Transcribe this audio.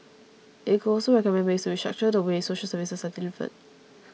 it could also recommend ways to restructure the way social services are delivered